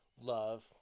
love